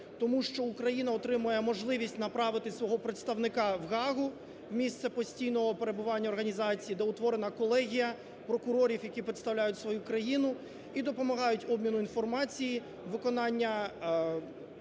тому що Україна отримає можливість направити свого представника в Гаагу, місце постійного перебування організації, де утворена колегія прокурорів, які представляють свою країну і допомагають обміну інформації, виконання